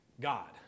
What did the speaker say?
God